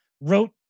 wrote